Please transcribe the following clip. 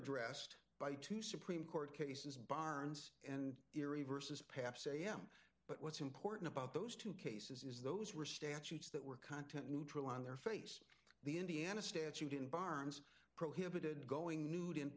addressed by two supreme court cases barnes and erie versus perhaps am but what's important about those two k this is those were statutes that were content neutral on their face the indiana statute in barnes prohibited going nude in